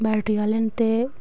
battery आह्ले न ते